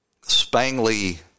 spangly